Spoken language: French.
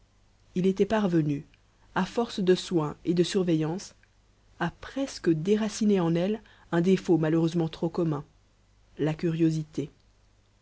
il était parvenu à force de soin et de surveillance à presque déraciner en elle un défaut malheureusement trop commun la curiosité